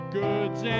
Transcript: goods